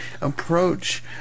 approach